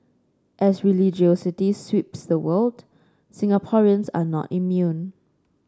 as religiosity sweeps the world Singaporeans are not immune